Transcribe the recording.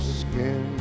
skin